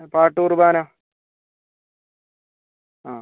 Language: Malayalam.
പാട്ട് കുർബാന ആ